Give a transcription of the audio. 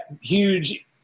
huge